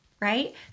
right